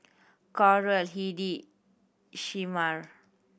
Coral Hedy Shemar